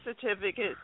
certificate